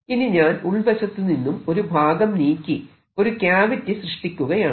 ഇനി ഞാൻ ഉൾവശത്തുനിന്നും ഒരു ഭാഗം നീക്കി ഒരു ക്യാവിറ്റി സൃഷ്ടിക്കുകയാണ്